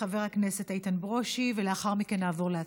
חבר הכנסת איתן ברושי, ולאחר מכן נעבור להצבעה.